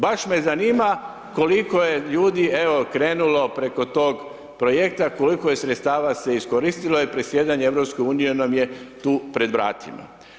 Baš me zanima koliko je ljudi evo krenulo preko tog projekta, koliko je sredstava se iskoristilo i predsjedanje EU nam je tu pred vratima.